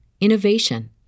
innovation